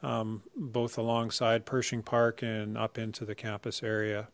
both alongside pershing park and up into the campus area